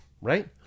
right